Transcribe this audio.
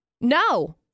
No